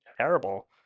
terrible